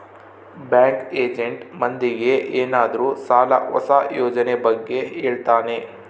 bank agent ಮಂದಿಗೆ ಏನಾದ್ರೂ ಸಾಲ ಹೊಸ ಯೋಜನೆ ಬಗ್ಗೆ ಹೇಳ್ತಾನೆ